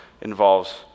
involves